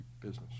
business